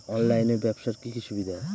অনলাইনে ব্যবসার কি কি অসুবিধা?